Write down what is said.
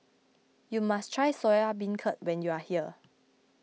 you must try Soya Beancurd when you are here